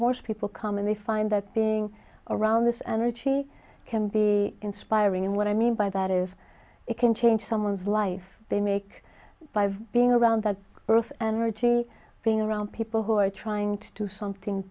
horse people come and they find that being around this energy can be inspiring and what i mean by that is it can change someone's life they make by being around the earth and richie being around people who are trying to do something